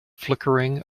flickering